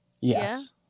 yes